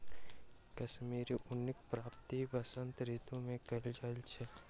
कश्मीरी ऊनक प्राप्ति वसंत ऋतू मे कयल जाइत अछि